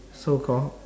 so call